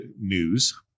news